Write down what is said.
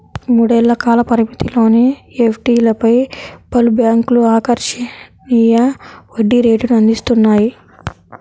మూడేళ్ల కాల పరిమితిలోని ఎఫ్డీలపై పలు బ్యాంక్లు ఆకర్షణీయ వడ్డీ రేటును అందిస్తున్నాయి